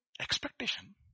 Expectation